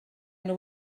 nhw